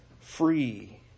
free